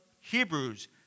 Hebrews